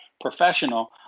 professional